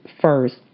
first